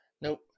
Nope